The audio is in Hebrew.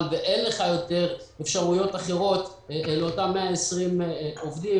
ואין לך יותר אפשרויות אחרות לאותם 120 עובדים,